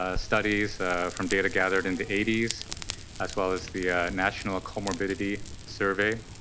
ah studies from data gathered in the eighty s as well as the national comorbidity survey.